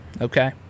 Okay